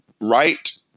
right